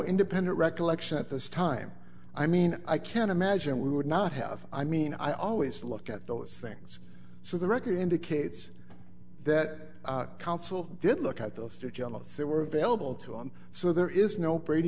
independent recollection at this time i mean i can't imagine we would not have i mean i always look at those things so the record indicates that council did look at those to tell us they were available to on so there is no brady